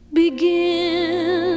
begin